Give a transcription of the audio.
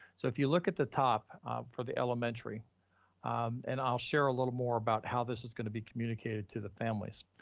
so if you look at the top for the elementary and i'll share a little more about how this is gonna be communicated to the families,